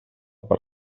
per